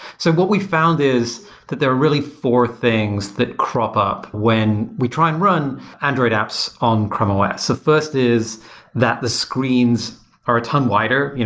so what we've found is that there are really four things that crop up when we try and run android apps on chrome os. the first is that the screens are a ton wider.